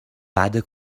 بعده